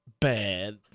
bad